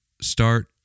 start